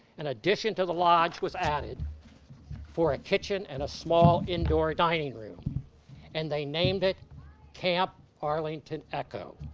and addition to the lodge was added for a kitchen and a small indoor dining room and they named it camp arlington echo.